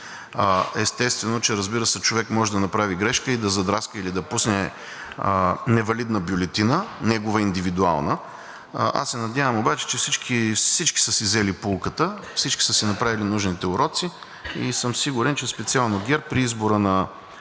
Естествено, разбира се, човек може да направи грешка, да задраска или да пусне невалидна бюлетина – негова индивидуална, аз се надявам обаче, че всички са си взели поуката, всички са си направили нужните уроци, и съм сигурен, че специално ГЕРБ при избора на